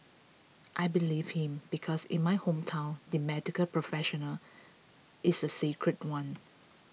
I believed him because in my hometown the medical professional is a sacred one